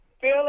feel